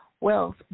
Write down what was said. wealth